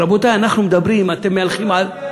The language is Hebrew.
רבותי, אנחנו מדברים, אתם מהלכים על,